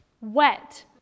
wet